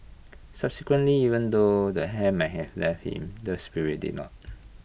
subsequently even though the hair might have left him the spirit did not